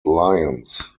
lions